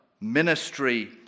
ministry